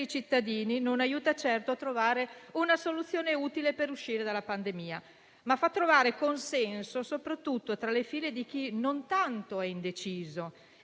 cittadini e non aiuta certo a trovare una soluzione utile per uscire dalla pandemia, ma fa trovare consenso, soprattutto tra le fila non tanto di chi è